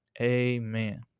Amen